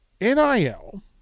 NIL –